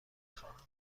خواهم